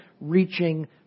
reaching